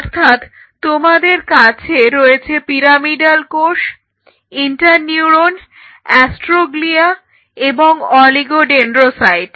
অর্থাৎ তোমাদের কাছে রয়েছে পিরামিডাল কোষ ইন্টার নিউরন অ্যাস্ট্রোগ্লিয়া এবং অলিগোডেন্ড্রোসাইট